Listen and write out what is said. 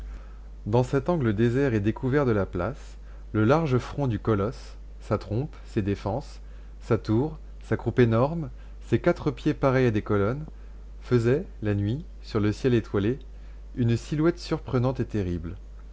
dans cet angle désert et découvert de la place le large front du colosse sa trompe ses défenses sa tour sa croupe énorme ses quatre pieds pareils à des colonnes faisaient la nuit sur le ciel étoilé une silhouette surprenante et terrible